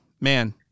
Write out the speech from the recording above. Man